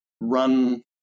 run